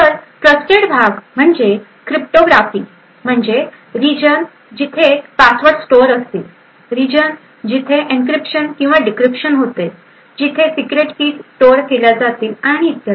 तर ट्रस्टेड भाग म्हणजे क्रिप्टोग्राफीम्हणजे रिजन जिथे पासवर्ड स्टोअर असतील रीजन जिथे इंक्रीप्शन किंवा डिक्रीप्शन होते जिथे सीक्रेट किज स्टोअर केल्या जातात आणि इत्यादी